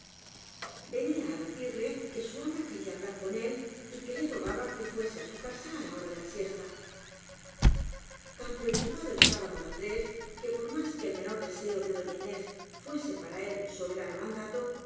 venía á decirle que su ama quería hablar con él y que le rogaba que fuese á su casa á la hora de la siesta tan preocupado estaba don andrés que por más que el menor deseo de doña inés fuese para él so berano mandato